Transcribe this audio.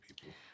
people